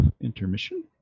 intermission